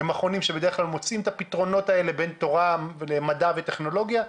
הם מכונים שבדרך כלל מוצאים את הפתרונות האלה בין תורה מדע וטכנולוגיה,